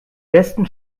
besten